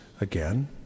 again